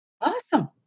Awesome